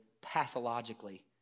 pathologically